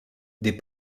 des